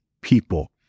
people